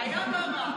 רעיון לא רע.